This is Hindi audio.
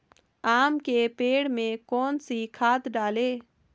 आम के पेड़ में कौन सी खाद डालें?